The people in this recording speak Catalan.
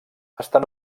estan